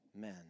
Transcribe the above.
men